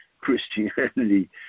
christianity